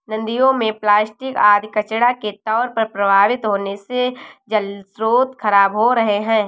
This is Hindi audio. नदियों में प्लास्टिक आदि कचड़ा के तौर पर प्रवाहित होने से जलस्रोत खराब हो रहे हैं